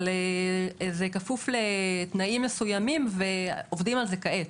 אבל זה כפוף לתנאים מסוימים, ועובדים על זה כעת.